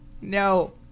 No